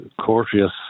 courteous